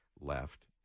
left